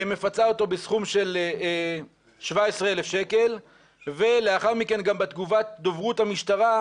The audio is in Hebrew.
מפצה אותו בסכום של 17,000 שקל ולאחר מכן גם בתגובת דוברות המשטרה: